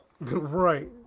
Right